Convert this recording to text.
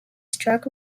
struck